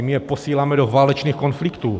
My je posíláme do válečných konfliktů.